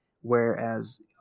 whereas